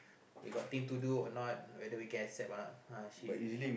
we got thing to do or not whether we can accept or not uh she